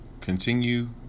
continue